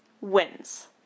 wins